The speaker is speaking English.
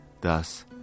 thus